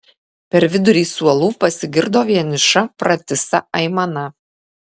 per vidurį suolų pasigirdo vieniša pratisa aimana